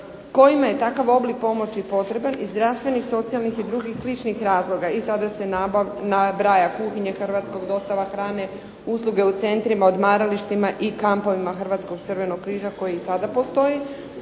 kojima je takav oblik pomoći potreban iz zdravstvenih, socijalnih i drugih sličnih razloga, i sada se nabraja kuhinje hrvatskog, dostava hrane, usluge u centrima, odmaralištima i kampovima Hrvatskog crvenog križa koji i sada postoji